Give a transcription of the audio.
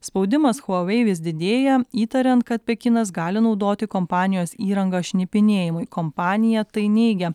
spaudimas huawei vis didėja įtariant kad pekinas gali naudoti kompanijos įrangą šnipinėjimui kompanija tai neigia